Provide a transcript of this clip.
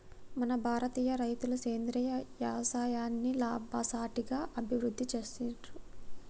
మన భారతీయ రైతులు సేంద్రీయ యవసాయాన్ని లాభసాటిగా అభివృద్ధి చేసిర్రు